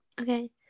Okay